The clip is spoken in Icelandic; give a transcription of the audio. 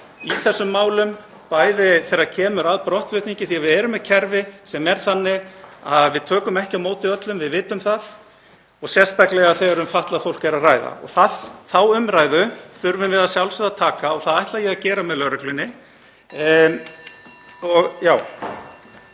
í þessum málum, bæði þegar kemur að brottflutningi — því við erum með kerfi sem er þannig að við tökum ekki á móti öllum, við vitum það — og sérstaklega þegar um fatlað fólk er að ræða. Þá umræðu þurfum við að sjálfsögðu að taka og það ætla ég að gera með lögreglunni.